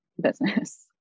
business